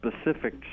specific